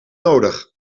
nodig